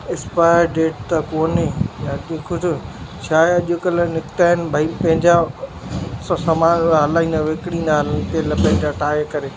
expire date त कोन्हे या कुझु छा आहे अॼुकल्ह निकिता आहिनि भई पंहिंजा समान हाणे ईअं विकिणींदा आहिनि तेल पंहिंजा ठाहे करे